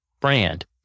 brand